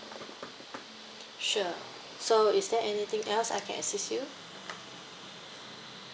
sure so is there anything else I can assist you